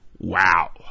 Wow